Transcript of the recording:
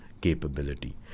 capability